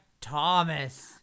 Thomas